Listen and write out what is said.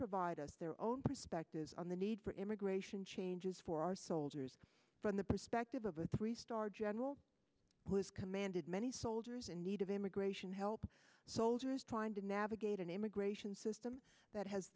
provide us their own perspectives on the need for immigration changes for our soldiers from the perspective of a three star general who has commanded many soldiers in need of immigration help soldiers trying to navigate an immigration system that has